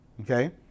okay